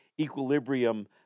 equilibrium